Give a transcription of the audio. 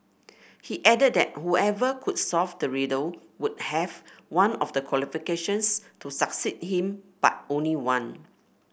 he added that whoever could solve the riddle would have one of the qualifications to succeed him but only one